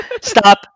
Stop